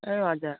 ए हजुर